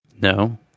No